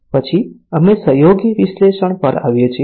પછી અમે સહયોગી વિશ્લેષણ પર આવીએ છીએ